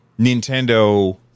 Nintendo